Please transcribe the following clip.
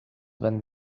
when